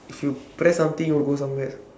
if you press something it will go somewhere